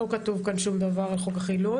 לא כתוב כאן שום דבר על חוק החילוט.